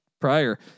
prior